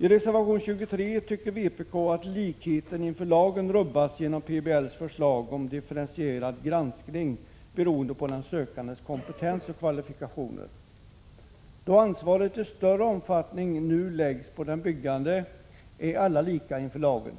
I reservation 23 tycker vpk att likheten inför lagen rubbas genom PBL:s förslag om differentierad granskning beroende på den sökandes kompetens och kvalifikationer. Då ansvaret i större omfattning nu läggs på den byggande är alla lika inför lagen.